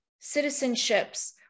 citizenships